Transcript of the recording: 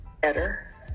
better